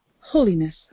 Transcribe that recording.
Holiness